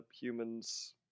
humans